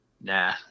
Nah